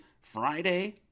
Friday